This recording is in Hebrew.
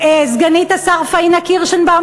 סגנית השר פאינה קירשנבאום,